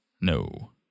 No